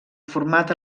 format